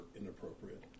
inappropriate